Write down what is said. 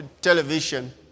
television